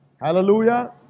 Hallelujah